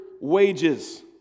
wages